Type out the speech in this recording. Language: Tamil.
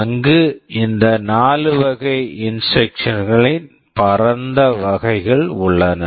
அங்கு இந்த 4 வகை இன்ஸ்ட்ரக்க்ஷன்ஸ் instructions களின் பரந்த வகைகள் உள்ளன